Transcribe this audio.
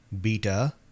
Beta